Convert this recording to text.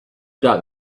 doubt